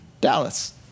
Dallas